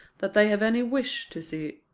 that they have any wish to see.